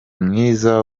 mwiza